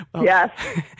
yes